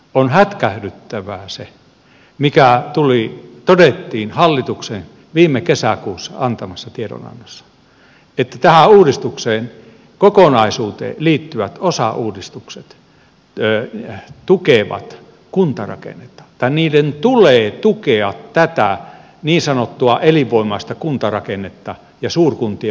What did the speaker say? on hätkähdyttävää se mikä todettiin hallituksen viime kesäkuussa antamassa tiedonannossa että tähän uudistuksen kokonaisuuteen liittyvät osauudistukset tukevat kuntarakennetta tai niiden tulee tukea tätä niin sanottua elinvoimaista kuntarakennetta ja suurkuntien muodostumista